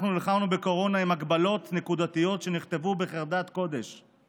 אנחנו נלחמנו בקורונה עם הגבלות נקודתיות שנכתבו בחרדת קודש,